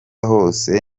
hose